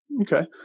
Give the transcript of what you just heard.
Okay